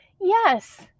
Yes